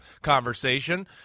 conversation